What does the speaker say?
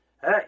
Hey